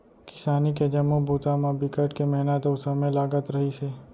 किसानी के जम्मो बूता म बिकट के मिहनत अउ समे लगत रहिस हे